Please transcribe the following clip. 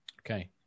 Okay